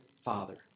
father